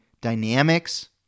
dynamics